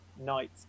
night